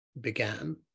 began